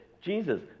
Jesus